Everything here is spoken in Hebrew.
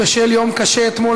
בשל יום קשה אתמול,